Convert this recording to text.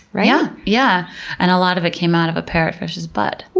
right? yeah, yeah and a lot of it came out of a parrotfish's butt.